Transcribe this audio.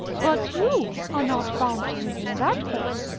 but you are not bound to him in that way.